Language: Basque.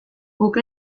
guk